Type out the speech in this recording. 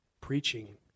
preaching